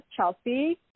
Chelsea